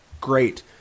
great